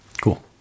Cool